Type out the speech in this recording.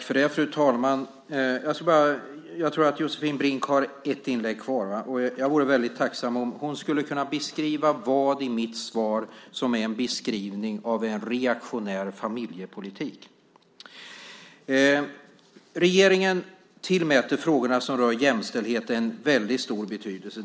Fru talman! Jag tror att Josefin Brink har ett inlägg kvar. Jag vore tacksam om hon skulle kunna beskriva vad i mitt svar som är en beskrivning av en reaktionär familjepolitik. Regeringen tillmäter frågorna som rör jämställdhet en stor betydelse.